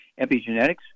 Epigenetics